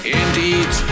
indeed